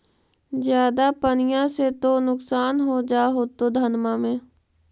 ज्यादा पनिया से तो नुक्सान हो जा होतो धनमा में?